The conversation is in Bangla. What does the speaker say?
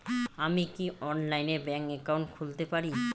আমি কি অনলাইনে ব্যাংক একাউন্ট খুলতে পারি?